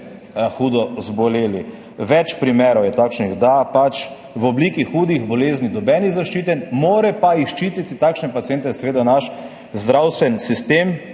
hudo zboleli. Več primerov je takšnih, da pač v obliki hudih bolezni nihče ni zaščiten, mora pa ščititi takšne paciente seveda naš zdravstveni sistem,